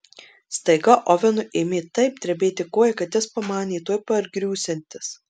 staiga ovenui ėmė taip drebėti koja kad jis pamanė tuoj pargriūsiantis